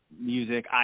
Music